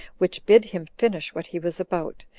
which bid him finish what he was about,